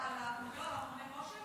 על מכוני הכושר?